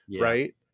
Right